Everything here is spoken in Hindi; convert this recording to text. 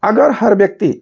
अगर हर व्यक्ति